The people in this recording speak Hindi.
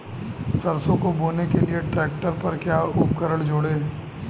सरसों को बोने के लिये ट्रैक्टर पर क्या उपकरण जोड़ें?